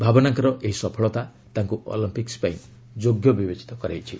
ଭାବନାଙ୍କର ଏହି ସଫଳତା ତାଙ୍କୁ ଅଲିମ୍ପିକ୍ ପାଇଁ ଯୋଗ୍ୟ ବିବେଚିତ କରାଇଛି